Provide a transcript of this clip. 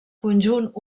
conjunt